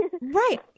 Right